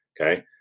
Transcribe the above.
Okay